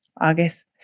August